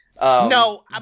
No